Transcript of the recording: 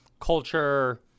culture